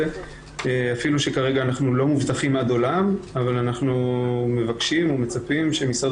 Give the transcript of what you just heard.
אפילו שכרגע אנחנו לא מובטחים עד עולם אבל אנחנו מבקשים ומצפים שמשרד